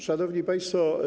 Szanowni Państwo!